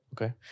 Okay